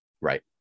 right